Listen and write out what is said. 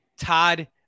Todd